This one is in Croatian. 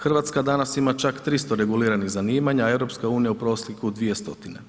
Hrvatska danas ima čak 300 reguliranih zanimanja a EU u prosjeku 200.